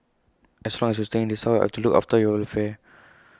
as long as you are staying in this house I've to look after your welfare